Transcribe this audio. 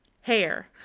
Hair